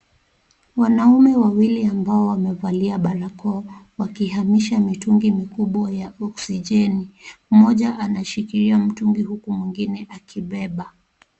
Wanaume wawili ambao wamevalia barakoa wakihamisha mitungi mikubwa ya okisijeni. Mmoja anashikilia nyingi huku mwengine akibeba.